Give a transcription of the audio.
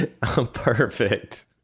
Perfect